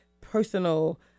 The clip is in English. personal